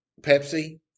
Pepsi